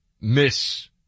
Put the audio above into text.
miss